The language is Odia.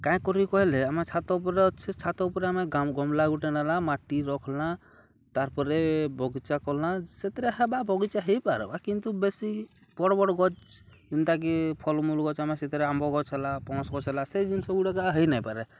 କାଁ କରିବି କହିଲେ ଆମେ ଛାତ ଉପରେ ଅଛି ଛାତ ଉପରେ ଆମେ ଗ ଗମଲା ଗୁଟେ ନେଲା ମାଟି ରଖ୍ଲା ତାର୍ ପରେରେ ବଗିଚା କଲା ସେଥିରେ ହେବା ବଗିଚା ହେଇପାରବା କିନ୍ତୁ ବେଶୀ ବଡ଼ ବଡ଼ ଗ୍ ଯେନ୍ତା କିି ଫଲମୂଲ ଗଛ ଆମେ ସେଥିରେ ଆମ୍ବ ଗଛ ହେଲା ପଣସ ଗଛ ହେଲା ସେଇ ଜିନିଷ ଗୁଡ଼ାକାହା ହେଇ ନାଇପାରେ